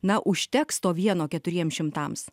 na užteks to vieno keturiem šimtams